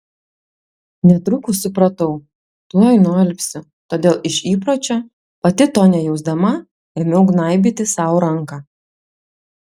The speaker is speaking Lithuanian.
netrukus supratau tuoj nualpsiu todėl iš įpročio pati to nejausdama ėmiau gnaibyti sau ranką